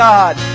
God